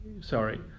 sorry